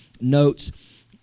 notes